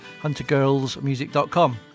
huntergirlsmusic.com